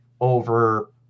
over